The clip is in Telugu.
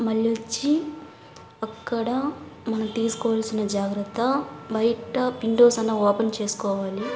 మళ్ళీ వచ్చి అక్కడ మనం తీసుకోవాల్సిన జాగ్రత్త బయట విండోస్ అన్నా ఓపెన్ చేసుకోవాలి